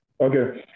Okay